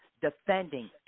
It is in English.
defending